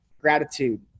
Gratitude